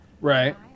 Right